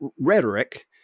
rhetoric